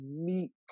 meet